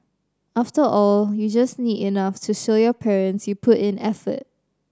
after all you just need enough to show your parents you put in effort